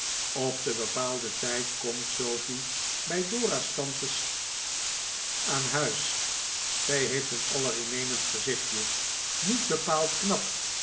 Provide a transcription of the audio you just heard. op den bepaalden tijd komt sofie bij dora's tantes aan huis zij heeft een allerinnemendst gezichtje niet bepaald knap